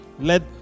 Let